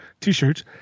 T-shirts